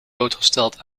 blootgesteld